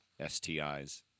STIs